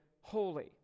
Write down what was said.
holy